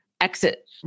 exit